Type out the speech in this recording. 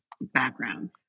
background